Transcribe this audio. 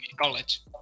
college